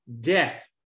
death